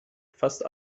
fast